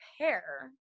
pair